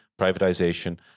privatization